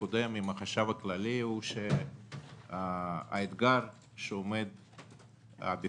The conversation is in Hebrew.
הקודם עם החשב הכללי הוא שהאתגר שעומד בפנינו,